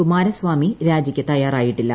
കുമാരസ്വാമി രാജിക്ക് തയ്യാറായിട്ടില്ല